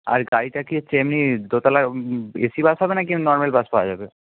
আর গাড়িটা কি এমনি দোতলা এ সি বাস হবে না কি নর্মাল বাস পাওয়া যাবে